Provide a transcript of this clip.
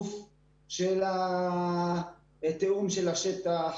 הזיוף של תיאום השטח,